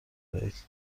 دهید